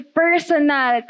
personal